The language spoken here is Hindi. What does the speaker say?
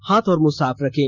हाथ और मुंह साफ रखें